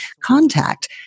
Contact